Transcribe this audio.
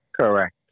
Correct